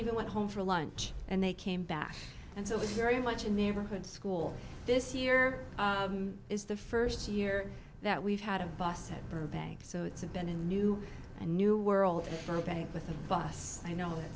even went home for lunch and they came back and so it was very much a neighborhood school this year is the first year that we've had a bus head burbank so it's a been a new a new world for a bank with a bus i know it